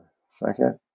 Second